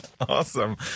Awesome